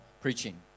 preaching